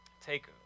take